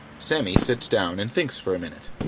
sammy sits down and thinks for a minute.